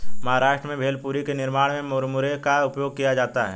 महाराष्ट्र में भेलपुरी के निर्माण में मुरमुरे का उपयोग किया जाता है